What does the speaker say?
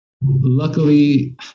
luckily